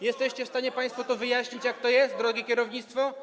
Jesteście w stanie państwo wyjaśnić, jak to jest, drogie kierownictwo?